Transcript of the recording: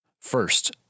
First